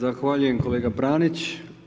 Zahvaljujem kolega Pranić.